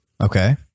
Okay